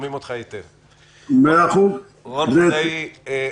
רון חולדאי,